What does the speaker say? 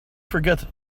forget